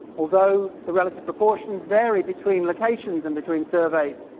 although the relative proportions vary between locations and between surveys,